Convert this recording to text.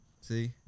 See